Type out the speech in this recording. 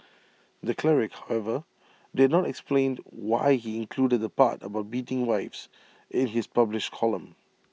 the cleric however did not explain why he included the part about beating wives in his published column